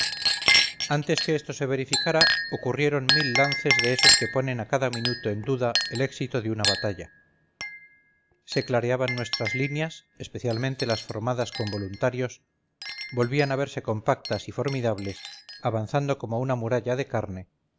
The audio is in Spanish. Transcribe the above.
antes que esto se verificara ocurrieron mil lances de esos que ponen a cada minuto en duda el éxito de una batalla se clareaban nuestras líneas especialmente las formadas con voluntarios volvían a verse compactas y formidables avanzando como una muralla de carne